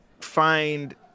find